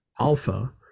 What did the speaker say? alpha